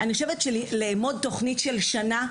אני חושבת שלאמוד תוכנית של שנה,